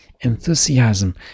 enthusiasm